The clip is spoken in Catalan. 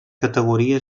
categoria